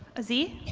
ah zee?